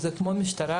הם כמו המשטרה,